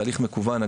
תהליך מקוון.